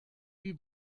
wie